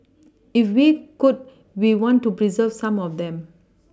if we could we want to pReserve some of them